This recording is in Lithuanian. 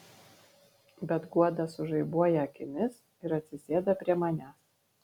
bet guoda sužaibuoja akimis ir atsisėda prie manęs